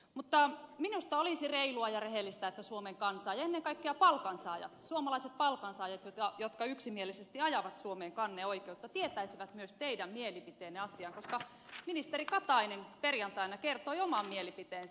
mutta minusta olisi reilua ja rehellistä että suomen kansa ja ennen kaikkea palkansaajat suomalaiset palkansaajat jotka yksimielisesti ajavat suomeen kanneoikeutta tietäisivät myös teidän mielipiteenne asiaan koska ministeri katainen perjantaina kertoi oman mielipiteensä